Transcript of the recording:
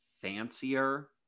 fancier